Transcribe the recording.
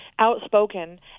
Outspoken